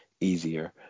easier